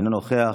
אינו נוכח,